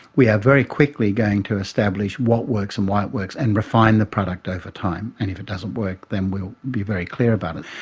we are very quickly going to establish what works and why it works and refine the product over time. and if it doesn't work then we'll be very clear about it.